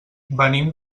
venim